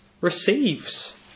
receives